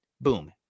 Boom